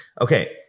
Okay